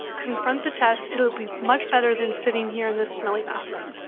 confront the test. it'll be much better than sitting here in this smelly bathroom.